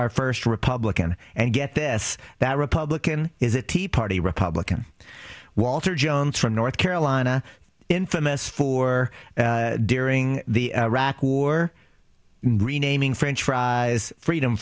our first republican and get this that republican is a tea party republican walter jones from north carolina infamous for during the iraq war renaming french fries freedom